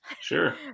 Sure